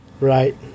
Right